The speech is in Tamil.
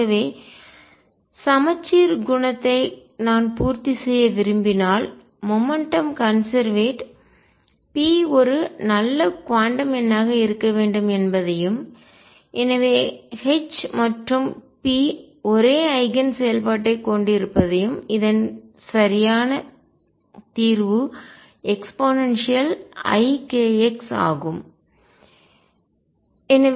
ஆகவே சமச்சீர் குணத்தை நான் பூர்த்தி செய்ய விரும்பினால் மொமெண்ட்டும் கன்செர்வேட் p ஒரு நல்ல குவாண்டம் எண்ணாக இருக்க வேண்டும் என்பதையும் எனவே H மற்றும் p ஒரே ஐகன் செயல்பாட்டைக் கொண்டிருப்பதையும் இதன் சரியான தீர்வு eikx ஆகும்